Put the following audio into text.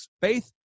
faith